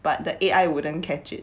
but the A_I wouldn't catch it